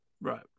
Right